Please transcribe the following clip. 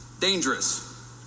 Dangerous